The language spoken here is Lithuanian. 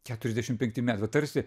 keturiasdešim penkti metai va tarsi